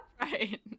Right